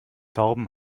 torben